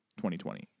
2020